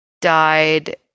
died